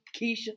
Keisha